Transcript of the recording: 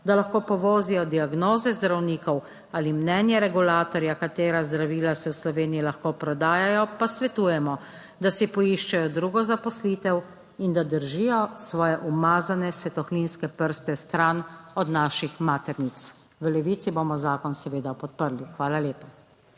da lahko povozijo diagnoze zdravnikov ali mnenje regulatorja, katera zdravila se v Sloveniji lahko prodajajo, pa svetujemo da si poiščejo drugo zaposlitev in da držijo svoje umazane, svetohlinske prste stran od naših maternic. V Levici bomo zakon seveda podprli. Hvala lepa.